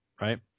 right